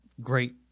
great